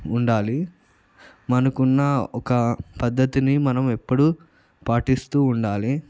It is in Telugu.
ఉండాలి మనకున్న ఒక పద్ధతిని మనం ఎప్పుడూ పాటిస్తూ ఉండాలి